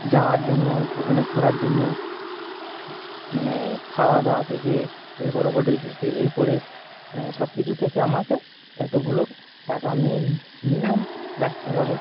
যাওয়ার জন্য ওখানে ঘোরার জন্য মানে খাওয়াদাওয়া থেকে এ করে হোটেল থেকে এ করে সবকিছু থেকে আমাকে এতগুলো টাকা নিয়ে মিনিমাম রাখতে হবে